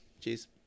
Cheers